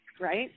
right